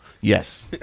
yes